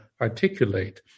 articulate